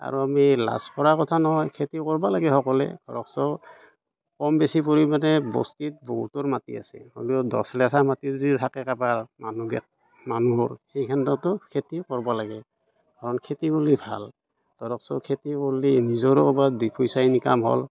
আৰু আমি লাজ কৰা কথা নহয় খেতি কৰিব লাগে সকলোৱে ধৰক চোন কম বেছি পৰিমাণে বস্তিত বহুতৰ মাটি আছে হ'লেও দহ লেচা মাটি থাকে কাৰোবাৰ মানুহৰ সেই ক্ষেত্ৰতো খেতি কৰিব লাগে কাৰণ খেতি কৰিলে ভাল ধৰকচোন খেতি কৰিলে নিজৰো দুই পইচা ইনকাম হ'ল